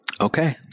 Okay